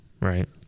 right